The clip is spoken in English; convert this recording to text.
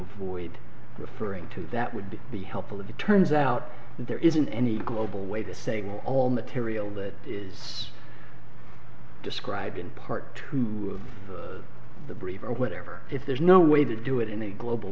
avoid referring to that would be helpful if it turns out that there isn't any global way to save all material that is described in part two of the brave or whatever if there's no way to do it in a global